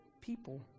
people